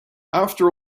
after